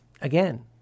again